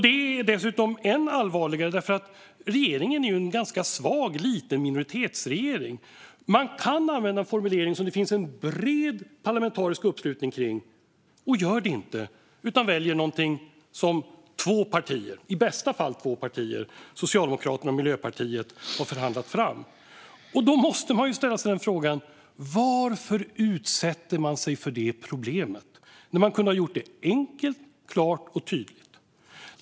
Det är dessutom ännu allvarligare därför att regeringen är en ganska svag, liten minoritetsregering. Man kan använda en formulering som det finns en bred parlamentarisk uppslutning kring, men man gör det inte utan väljer något som två partier - i bästa fall två partier, Socialdemokraterna och Miljöpartiet - har förhandlat fram. Då måste man ställa sig frågan: Varför utsätter man sig för detta problem när man kunde ha gjort det enkelt, klart och tydligt?